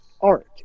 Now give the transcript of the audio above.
art